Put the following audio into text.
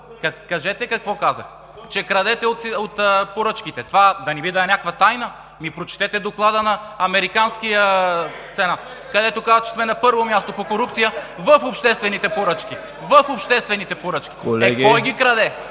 Кажете ни какво казах: че крадете от поръчките. Това да не би да е някаква тайна? Прочетете Доклада на Американския сенат, където се казва, че сме на първо място по корупция в обществените поръчки. В обществените поръчки! (Шум и